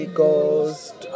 ghost